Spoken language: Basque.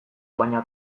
baina